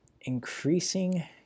increasing